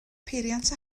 peiriant